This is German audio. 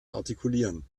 artikulieren